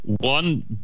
one